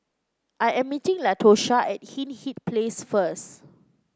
I am meeting Latosha at Hindhede Place first